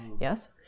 yes